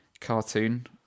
cartoon